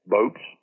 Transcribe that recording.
Boats